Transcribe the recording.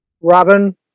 Robin